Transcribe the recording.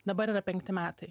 dabar yra penkti metai